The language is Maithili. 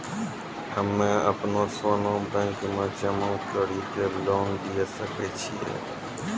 हम्मय अपनो सोना बैंक मे जमा कड़ी के लोन लिये सकय छियै?